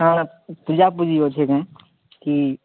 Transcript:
କ'ଣ ପୂଜାପୂଜି ଅଛି କେଁ କି